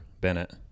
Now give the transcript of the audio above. Bennett